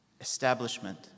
Establishment